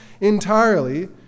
entirely